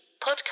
podcast